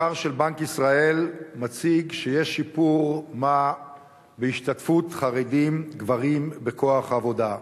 מחקר של בנק ישראל מציג שיש שיפור מה בהשתתפות חרדים גברים בכוח העבודה.